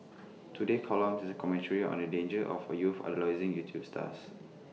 today's column is A commentary on the dangers of youths idolising YouTube stars